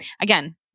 again